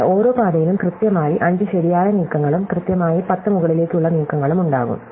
എന്നാൽ ഓരോ പാതയിലും കൃത്യമായി 5 ശരിയായ നീക്കങ്ങളും കൃത്യമായി 10 മുകളിലേക്കുള്ള നീക്കങ്ങളും ഉണ്ടാകും